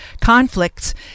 conflicts